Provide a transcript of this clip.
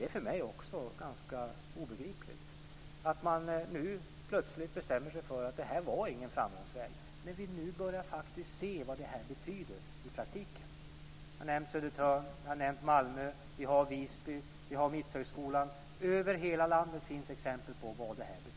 Också för mig är det ganska obegripligt att man nu plötsligt bestämmer sig för att det här inte var en framgångsväg. Vi börjar ju nu se vad detta betyder i praktiken. Jag har nämnt Södertörn och Malmö. Vi har också Visby och Mitthögskolan. Över hela landet finns det exempel på vad det här betyder.